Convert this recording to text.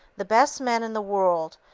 the best men in the world,